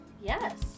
Yes